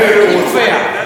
הוא רוצה.